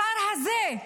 השר הזה,